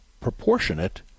proportionate